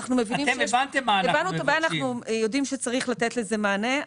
הבנו את הבעיה ואנחנו יודעים שצריך לתת לזה מענה.